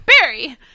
Barry